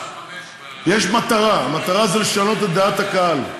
יש מטרה, המטרה זה לשנות את דעת הקהל.